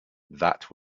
that